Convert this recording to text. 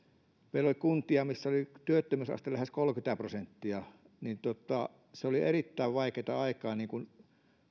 meillä oli kuntia missä oli työttömyysaste lähes kolmekymmentä prosenttia niin se oli erittäin vaikeaa aikaa